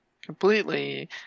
Completely